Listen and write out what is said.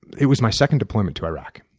it was my second deployment to iraq.